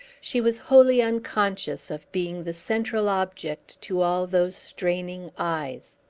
she was wholly unconscious of being the central object to all those straining eyes.